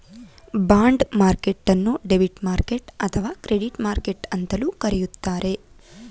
bond ಮಾರ್ಕೆಟ್ಟನ್ನು debit market ಅಥವಾ credit market ಅಂತಲೂ ಕರೆಯುತ್ತಾರೆ